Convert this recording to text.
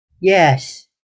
Yes